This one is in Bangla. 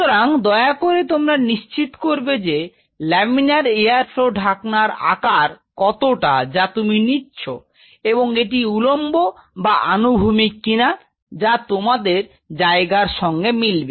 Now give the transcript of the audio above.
সুতরাং দয়া করে তোমরা নিশ্চিত করবে যে লামিনার এয়ার ফ্লও ঢাকনা আকার কতটা যা তুমি নিচ্ছ এবং এটি উলম্ব বা আনুভূমিক কিনা যা তোমার জায়গার সঙ্গে মিলবে